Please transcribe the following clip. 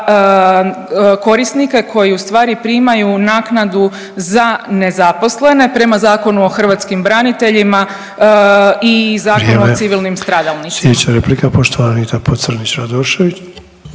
korisnike koji ustvari primaju naknadu za nezaposlene prema Zakonu o hrvatskim braniteljima i Zakonu o civilnim stradalnicima. **Sanader, Ante (HDZ)** Vrijeme.